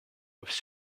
offre